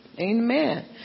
Amen